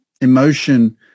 emotion